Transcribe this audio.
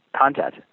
content